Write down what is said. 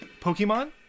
Pokemon